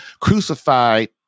crucified